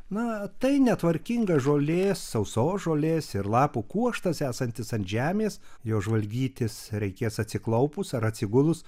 na tai netvarkinga žolė sausos žolės ir lapų kuokštas esantis ant žemės jo žvalgytis reikės atsiklaupus ar atsigulus